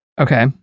Okay